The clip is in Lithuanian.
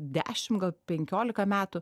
dešim penkiolika metų